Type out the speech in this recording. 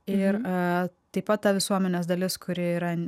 ir taip pat ta visuomenės dalis kuri yra